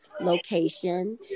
location